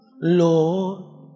Lord